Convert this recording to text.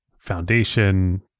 foundation